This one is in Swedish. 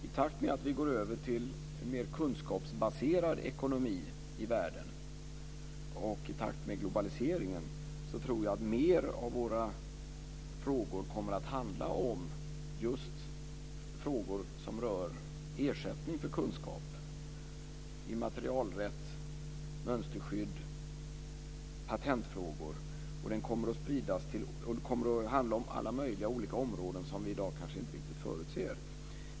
I takt med att vi går över till en mer kunskapsbaserad ekonomi i världen och i takt med globaliseringen tror jag att flera av frågorna kommer att handla om ersättning för kunskap, immaterialrätt, mönsterskydd, patentfrågor. Debatten kommer att handla om alla möjliga olika områden som vi i dag kanske inte riktigt förutser.